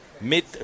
mid